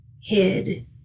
hid